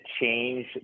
change